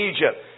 Egypt